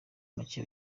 make